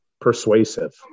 persuasive